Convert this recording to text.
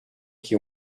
qui